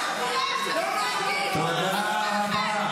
היא אישה שכולה, תודה רבה.